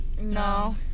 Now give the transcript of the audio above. No